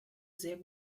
sehr